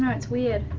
and it's weird.